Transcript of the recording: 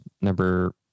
number